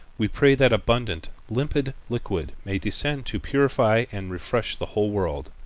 we pray that abundant, limpid liquid may descend to purify and refresh the whole world.